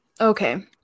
okay